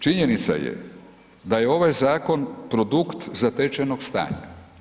Činjenica je da je ovaj zakon produkt zatečenog stanja.